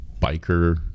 biker